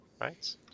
right